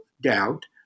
doubt